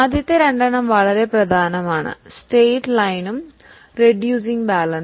ആദ്യ രണ്ട് വളരെ പ്രധാനമാണ് straight line and reducing balance